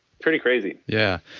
pretty crazy yeah,